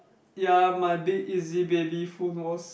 ya my big easy baby phone was